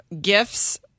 gifts